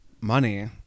money